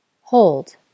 Hold